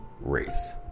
race